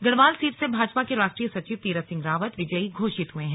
Garhwal seat से भाजपा के राष्ट्रीय सचिव तीरथ सिंह रावत विजयी घोषित हुए हैं